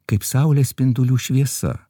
kaip saulės spindulių šviesa